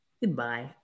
Goodbye